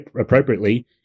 appropriately